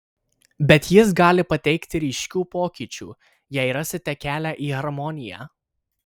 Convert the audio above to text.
bet jis gali pateikti ryškių pokyčių jei rasite kelią į harmoniją